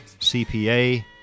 CPA